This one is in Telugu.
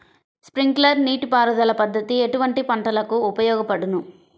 స్ప్రింక్లర్ నీటిపారుదల పద్దతి ఎటువంటి పంటలకు ఉపయోగపడును?